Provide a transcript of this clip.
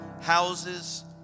houses